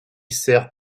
sert